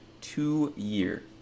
two-year